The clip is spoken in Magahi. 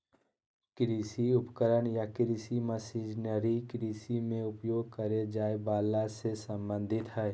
कृषि उपकरण या कृषि मशीनरी कृषि मे उपयोग करे जाए वला से संबंधित हई